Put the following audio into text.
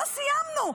לא סיימנו.